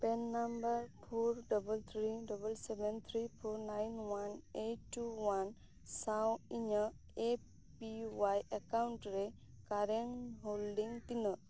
ᱯᱨᱟᱱ number four double three double seven three four nine one eight two one ᱥᱟᱶ ᱤᱧᱟᱹᱜ A P Y account ᱨᱮ current holding ᱛᱤᱱᱟᱹᱜ